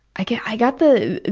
like yeah i got the,